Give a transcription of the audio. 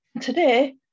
Today